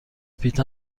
پیت